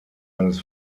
eines